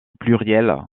pluriel